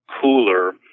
cooler